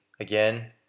Again